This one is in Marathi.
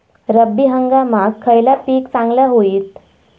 रब्बी हंगामाक खयला पीक चांगला होईत?